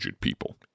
people